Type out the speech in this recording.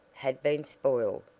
had been spoiled,